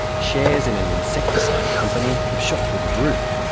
shares in an insecticide company have shot through the roof,